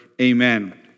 Amen